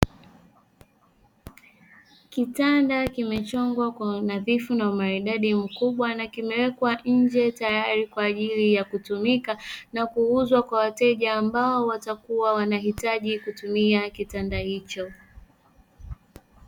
Kitanda kimechongwa kwa unadhifu na umaridadi na unadhifu mkubwa na kimewekwa nje tayari kwa ajili ya kutumika na kuuza kwa wateja ambao watakuwa wanahitaji kutumia kitanda hicho.